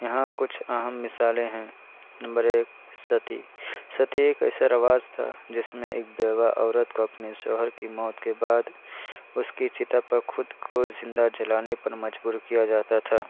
یہاں کچھ اہم مثالیں ہیں نمبر ایک ستی ستی ایک ایسا رواج تھا جس میں ایک بیوہ عورت کو اپنے شوہر کی موت کے بعد اس کی چتا پہ خود کو زندہ جلانے پر مجبور کیا جاتا تھا